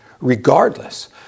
regardless